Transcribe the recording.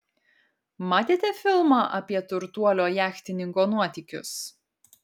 matėte filmą apie turtuolio jachtininko nuotykius